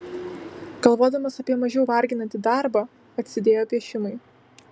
galvodamas apie mažiau varginantį darbą atsidėjo piešimui